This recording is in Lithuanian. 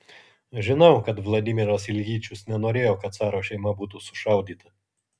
žinau kad vladimiras iljičius nenorėjo kad caro šeima būtų sušaudyta